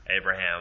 Abraham